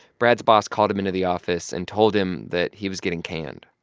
brad's boss called him into the office and told him that he was getting canned